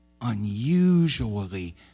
unusually